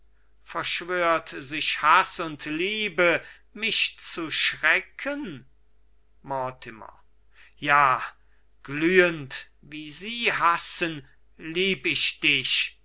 verschwört sich haß und liebe mich zu schrecken mortimer ja glühend wie sie hassen lieb ich dich